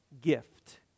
gift